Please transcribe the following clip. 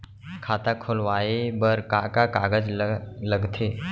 खाता खोलवाये बर का का कागज ल लगथे?